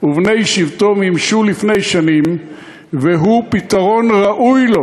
ובני שבטו מימשו לפני שנים והוא פתרון ראוי לו,